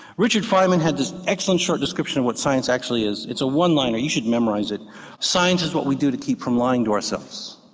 richard fyneman had this excellent short description of what science actually is, it's a one-liner, you should memorise it science is what we do to keep from lying to ourselves.